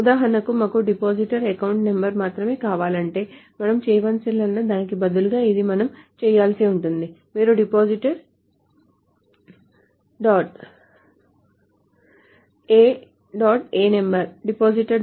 ఉదాహరణకు మాకు depositor account number మాత్రమే కావాలంటే మనం చేయాల్సిందల్లా దీనికి బదులుగా ఇది మనం చేయాల్సి ఉంటుంది మీరు depositor డాట్ కాబట్టి ఇది డాట్ ఆపరేటర్